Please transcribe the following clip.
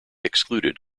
excluded